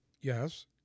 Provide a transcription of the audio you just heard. Yes